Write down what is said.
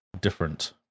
different